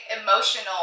emotional